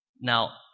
Now